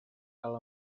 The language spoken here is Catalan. cal